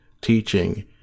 teaching